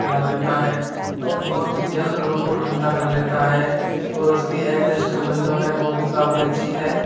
फैला देता है और बहुत ही जल्द रूम को ठंडा कर लेता है और उसकी ऐजेस्टर विंडो है वो भी काफ़ी अच्छी है